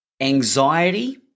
anxiety